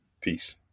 Peace